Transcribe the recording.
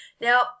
Now